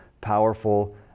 powerful